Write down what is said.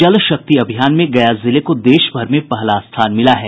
जल शक्ति अभियान में गया जिले को देश भर में पहला स्थान मिला है